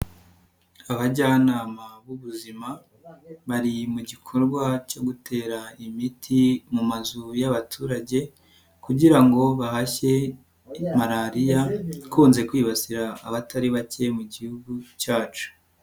Abajyanama b'ubuzima bari mu gikorwa cyo gutera imiti mu mazu y'abaturage kugira ngo bahashye malariya ikunze kwibasira abatari bake mu gihugu cyacu.